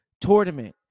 tournament